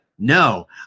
No